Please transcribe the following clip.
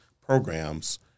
programs